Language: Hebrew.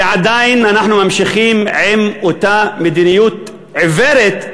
ועדיין אנחנו ממשיכים עם אותה מדיניות עיוורת,